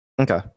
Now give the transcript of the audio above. Okay